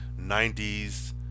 90s